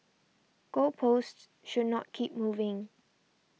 goal posts should not keep moving